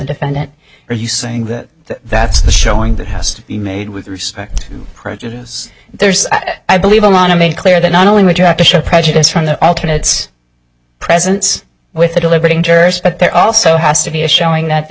defendant are you saying that that's the showing that house he made with respect produce there's i believe a lot of made clear that not only would you have to show prejudice from the alternate presence with a deliberating jurors but there also has to be a showing that